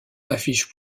affiche